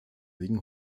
wegen